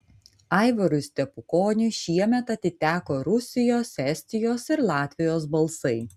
aivarui stepukoniui šiemet atiteko rusijos estijos ir latvijos balsai